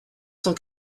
cent